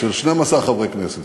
של 12 חברי כנסת.